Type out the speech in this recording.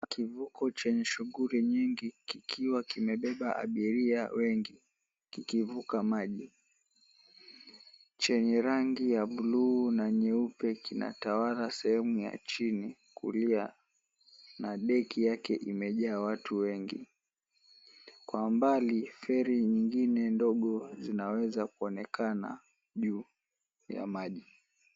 Kivuko chenye shughuli nyingi kikiwa kimebeba abiria wengi kikivuka maji ya buluu na nyeupe kinatawala sehemu ya chini kulia na beki yake imejaa watu wengi. Kwa mbali feri nyingine ndogo zinaweza kuonekana juu ya maji.